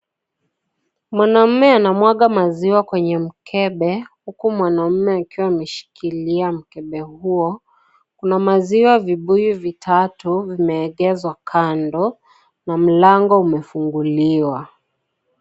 Mwanamume anamwaga Maziwa kwenye mkebe huku mwanamke ameshikilia mkebe huo kuna Maziwa vibuyu vitatu vimeegezwa kando na mlango umefunguliwa.